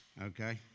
Okay